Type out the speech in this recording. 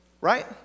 Right